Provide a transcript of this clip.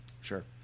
Sure